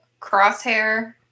Crosshair